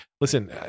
Listen